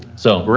so, but